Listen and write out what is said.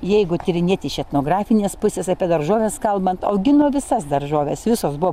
jeigu tyrinėti iš etnografinės pusės apie daržoves kalbant augino visas daržoves visos buvo